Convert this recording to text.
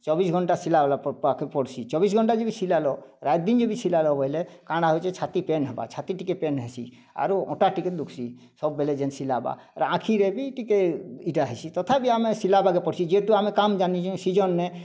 ଚବିଶ୍ ଘଣ୍ଟା ସିଲା ବାଲା ପାଖେ ପଡ଼ିଛି ଚବିଶ୍ ଘଣ୍ଟା ଯେବେ ସିଲାଲ ରାତ୍ ଦିନ୍ ଯଦି ସିଲାଲା ବୋଲେ କାଁଣ ହଉଛି ଛାତି ପେନ୍ ହବ ଛାତି ଟିକେ ପେନ୍ ହେସି ଆରୁ ଅଣ୍ଟା ଟିକେ ଦୁକ୍ସି ସବୁ ବେଲେ ଯେନ୍ ସିଲାବା ଆର୍ ଆଖିରେ ବି ଟିକେ ଏଇଟା ହେସି ତଥାପି ଆମେ ସିଲାବା କେ ପଡ଼ସି ଯେହେତୁ ଆମେ କାମ ଜାଣିଛୁ ସିଜନ୍ରେ